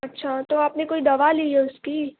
اچھا تو آپ نے کوئی دوا لی ہے اس کی